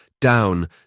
down